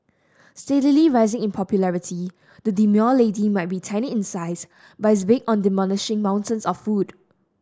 steadily rising in popularity the demure lady might be tiny in size but is big on demolishing mountains of food